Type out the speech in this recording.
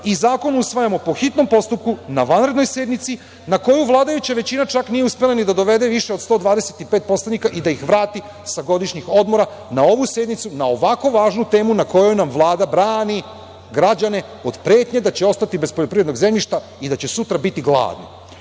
i zakon usvajamo po hitnom postupku na vanrednoj sednici na koju vladajuća većina čak nije uspela ni da dovede više od 125 poslanika i da ih vrati sa godišnjih odmora na ovu sednicu na ovako važnu temu na kojoj nam Vlada brani građane od pretnji da će ostati bez poljoprivrednog zemljišta i da će sutra biti gladni. Pod